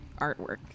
artwork